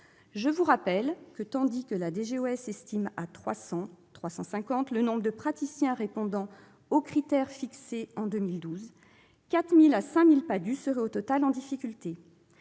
Je vous rappelle que, tandis que la DGOS estime à 300 ou 350 le nombre de praticiens répondant aux critères fixés en 2012, 4 000 à 5 000 PADHUE au total seraient en difficulté.